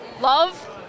Love